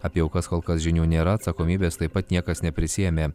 apie aukas kol kas žinių nėra atsakomybės taip pat niekas neprisiėmė